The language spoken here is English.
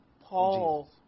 Paul